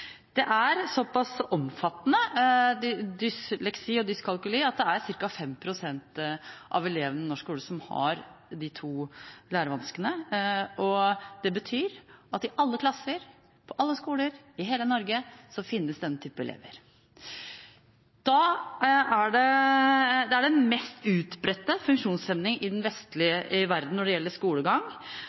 og dyskalkuli er såpass omfattende at det er ca. 5 pst. av elevene i norsk skole som har en av de to lærevanskene. Det betyr at i alle klasser, på alle skoler i hele Norge, finnes denne typen elever. Det er den mest utbredte funksjonshemning i den vestlige verden når det gjelder skolegang,